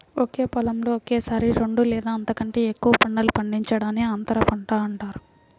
ఒకే పొలంలో ఒకేసారి రెండు లేదా అంతకంటే ఎక్కువ పంటలు పండించడాన్ని అంతర పంట అంటారు